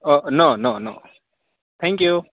no no no thank you